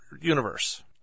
universe